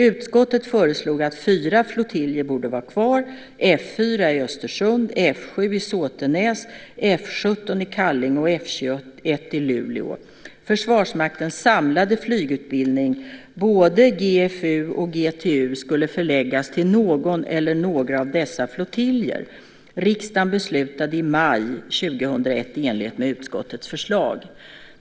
Utskottet föreslog att fyra flottiljer borde vara kvar: F 4 i Östersund, F 7 i Såtenäs, F 17 i Kallinge och F 21 i Luleå. Försvarsmaktens samlade flygutbildning - både GFU och GTU - skulle förläggas till någon eller några av dessa flottiljer. Riksdagen beslutade i maj 2001 i enlighet med utskottets förslag .